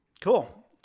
cool